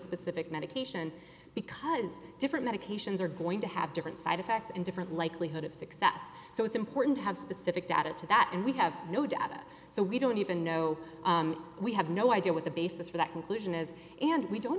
specific medication because different medications are going to have different side effects and different likelihood of success so it's important to have specific data to that and we have no data so we don't even know we have no idea what the basis for that conclusion is and we don't